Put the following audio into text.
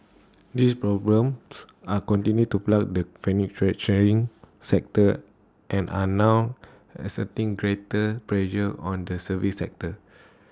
these problems are continued to plague the manufacturing sector and are now exerting greater pressure on the services sector